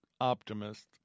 optimist